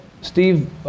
Steve